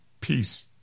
peace